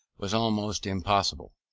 was almost impossible.